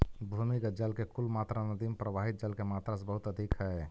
भूमिगत जल के कुल मात्रा नदि में प्रवाहित जल के मात्रा से बहुत अधिक हई